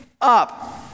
up